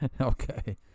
Okay